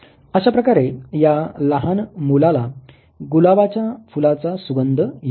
अशाप्रकारे या लहान मुलाला गुलाबाच्या फुलाचा सुगंध येतो